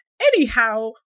Anyhow